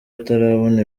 atarabona